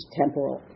temporal